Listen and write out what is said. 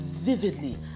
Vividly